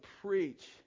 Preach